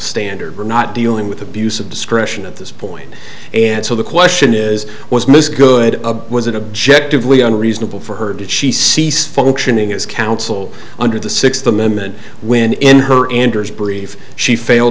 standard we're not dealing with abuse of discretion at this point and so the question is was most good was an objective leon reasonable for her that she ceased functioning as counsel under the sixth amendment when in her brief she failed